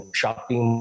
shopping